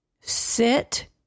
sit